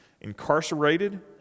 incarcerated